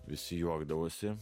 visi juokdavosi